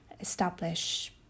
establish